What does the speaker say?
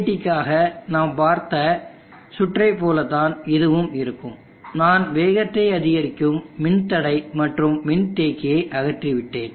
BJT காக நாம் பார்த்த சுற்றை போலத்தான் இதுவும் இருக்கும் நான் வேகத்தை அதிகரிக்கும் மின்தடை மற்றும் மின்தேக்கியை அகற்றிவிட்டேன்